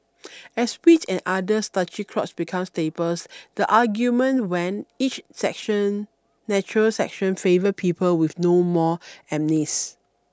as wheat and other starchy crops become staples the argument went each section natural section favoured people with no more amylase